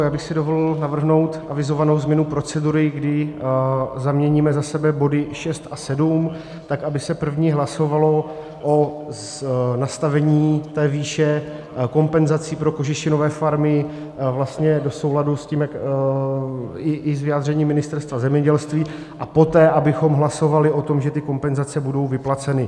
Já bych si dovolil navrhnout avizovanou změnu procedury, kdy zaměníme za sebe body 6 a 7, tak aby se první hlasovalo o nastavení té výše kompenzací pro kožešinové farmy, vlastně do souladu i s vyjádřením Ministerstva zemědělství, a poté abychom hlasovali o tom, že ty kompenzace budou vyplaceny.